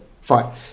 fine